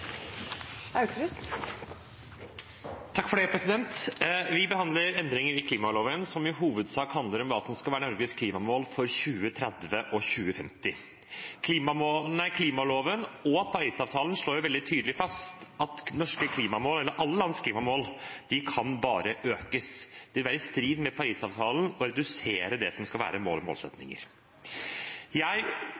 i hovedsak handler om hva som skal være Norges klimamål for 2030 og 2050. Klimaloven og Parisavtalen slår veldig tydelig fast at alle lands klimamål bare kan økes. Det vil være i strid med Parisavtalen å redusere det som skal være våre målsettinger. Jeg takker komiteen for et godt samarbeid, og